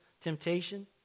temptation